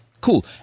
cool